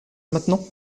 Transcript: maintenant